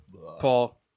Paul